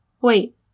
Wait